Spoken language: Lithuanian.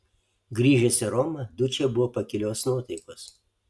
grįžęs į romą dučė buvo pakilios nuotaikos